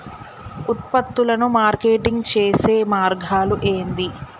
ఉత్పత్తులను మార్కెటింగ్ చేసే మార్గాలు ఏంది?